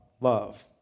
love